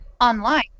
online